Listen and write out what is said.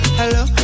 hello